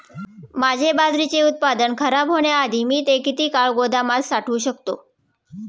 माझे बाजरीचे उत्पादन खराब होण्याआधी मी ते किती काळ गोदामात साठवू शकतो?